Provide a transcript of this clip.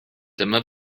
dyma